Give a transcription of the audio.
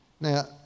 Now